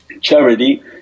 charity